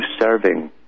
serving